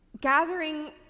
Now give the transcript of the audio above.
Gathering